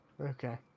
okay